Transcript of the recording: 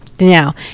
Now